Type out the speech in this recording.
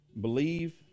believe